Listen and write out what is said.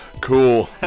Cool